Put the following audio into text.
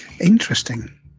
interesting